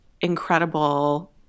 incredible